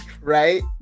Right